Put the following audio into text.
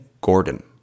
Gordon